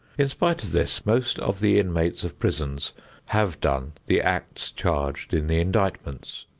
in spite of this, most of the inmates of prisons have done the acts charged in the indictments.